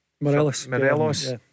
Morelos